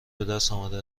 بهدستآمده